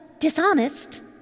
Dishonest